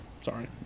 sorry